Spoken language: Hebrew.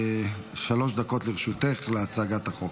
שלוש דקות לרשותך להצגת החוק.